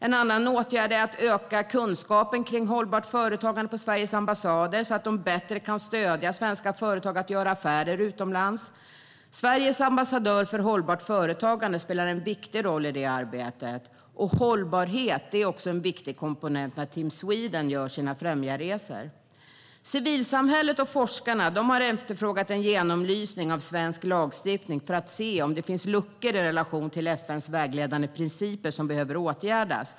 En annan åtgärd är att öka kunskapen om hållbart företagande på Sveriges ambassader så att de bättre kan stödja svenska företag att göra affärer utomlands. Sveriges ambassadör för hållbart företagande spelar en viktig roll i det arbetet. Hållbarhet är också en viktig komponent när Team Sweden gör sina främjarresor. Civilsamhället och forskarna har efterfrågat en genomlysning av svensk lagstiftning för att se om det finns luckor i relation till FN:s vägledande principer som behöver åtgärdas.